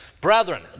Brethren